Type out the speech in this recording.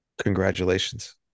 Congratulations